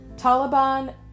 Taliban